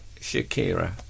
Shakira